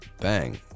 bang